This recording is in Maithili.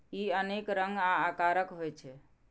ई अनेक रंग आ आकारक होइ छै